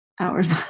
hours